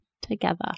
together